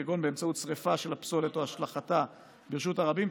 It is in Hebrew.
כגון באמצעות שרפת הפסולת או השלכתה ברשות הרבים,